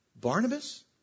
Barnabas